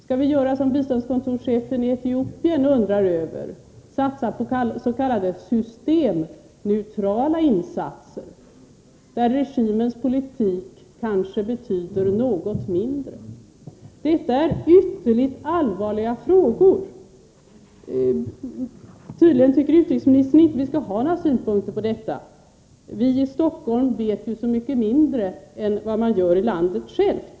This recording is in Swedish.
Skall vi göra som biståndskontorschefen i Etiopien antyder satsa på s.k. systemneutrala insatser, där regimens politik kanske betyder något mindre? Detta är ytterligt allvarliga frågor. Tydligen tycker utrikesministern inte att vi skall ha några synpunkter på detta. Vi i Stockholm vet ju så mycket mindre än man gör i landet självt.